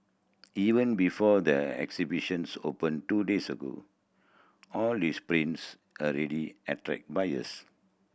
even before the exhibitions open two days ago all this prints already attract buyers